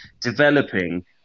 developing